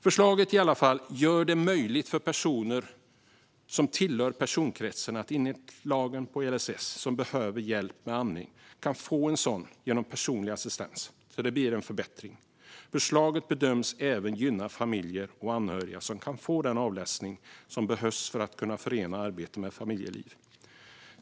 Förslaget gör det möjligt för personer som enligt lagen om LSS tillhör personkretsen som behöver hjälp med andning att få sådan hjälp genom personlig assistans, så det blir en förbättring. Förslaget bedöms även gynna familjer och anhöriga som kan få den avlastning som behövs för att kunna förena arbete med familjeliv.